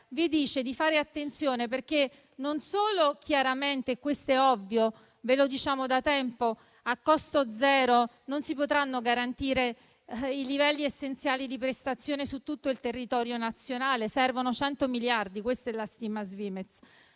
vi dice di fare attenzione perché, com'è ovvio e come vi diciamo da tempo, a costo zero non si potranno garantire i livelli essenziali di prestazione su tutto il territorio nazionale. Servono 100 miliardi: questa è la stima Svimez.